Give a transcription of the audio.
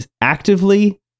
actively